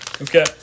Okay